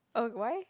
uh why